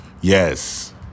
Yes